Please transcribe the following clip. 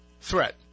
threat